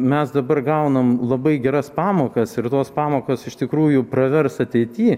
mes dabar gaunam labai geras pamokas ir tos pamokos iš tikrųjų pravers ateity